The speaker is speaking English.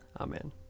Amen